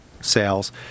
Sales